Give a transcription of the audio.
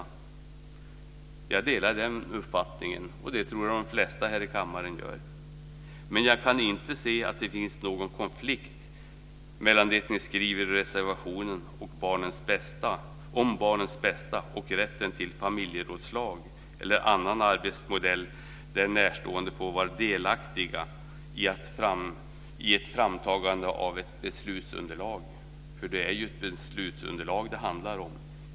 Jag delar den uppfattningen, och det tror jag att de flesta här i kammaren gör. Men jag kan inte se att det finns någon konflikt mellan det som ni skriver i reservationen om barnets bästa och rätten till familjerådslag eller annan arbetsmodell där de närstående får vara delaktiga i ett framtagande av ett beslutsunderlag, för det är ju ett beslutsunderlag som det handlar om.